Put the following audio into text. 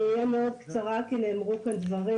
אני אהיה מאוד קצרה כי נאמרו כאן הדברים.